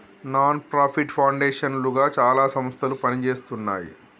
non profit foundation లుగా చాలా సంస్థలు పనిజేస్తున్నాయి